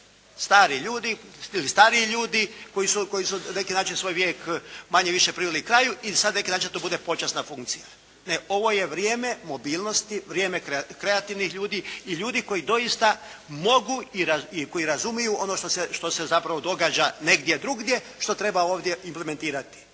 na neki način svoj vijek manje-više priveli kraju i sada na neki način da to bude počasna funkcija. Ne, ovo je vrijeme mobilnosti, vrijeme kreativnih ljudi i ljudi koji doista mogu i koji razumiju ono što se zapravo događa negdje drugdje što treba ovdje implementirati.